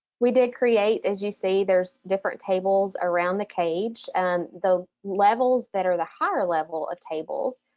we did create, as you see there's different tables around the cage and the levels that are the higher level of tables,